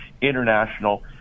International